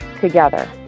together